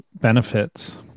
benefits